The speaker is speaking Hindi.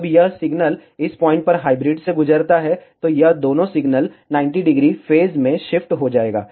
जब यह सिग्नल इस पॉइंट पर हाइब्रिड से गुजरता है तो यह दोनों सिग्नल 90° फेज में शिफ्ट हो जाएंगे